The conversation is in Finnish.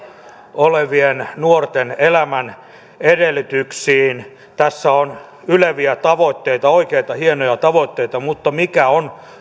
olevien nuorten elämän edellytyksiin tässä on yleviä tavoitteita oikeita hienoja tavoitteita mutta mikä on